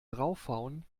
draufhauen